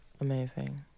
Amazing